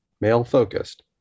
male-focused